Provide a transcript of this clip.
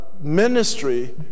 ministry